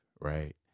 right